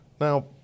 Now